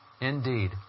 Indeed